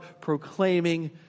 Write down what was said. proclaiming